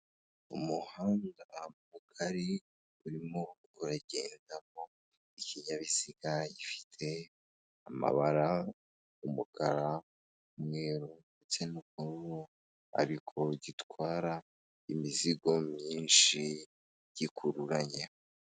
Umuhanda mugari urimo uragendamo ikinyabiziga gifite amabara umukara, umweru ndetse n'ubururu ariko gitwara imizigo myinshi gikururanye.